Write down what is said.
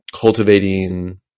cultivating